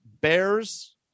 bears